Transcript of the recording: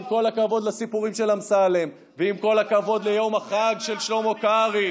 עם כל הכבוד לסיפורים של אמסלם ועם כל הכבוד ליום החג של שלמה קרעי,